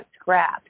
scrapped